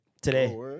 today